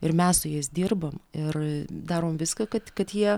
ir mes su jais dirbam ir darom viską kad kad jie